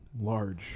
Large